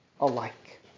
alike